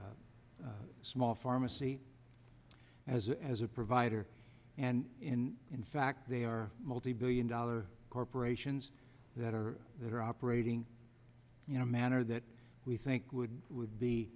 small pharmacy as a as a provider and in in fact they are multi billion dollar corporations that are that are operating you know a manner that we think would would be